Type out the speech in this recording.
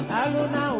aluna